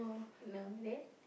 you know then